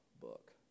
book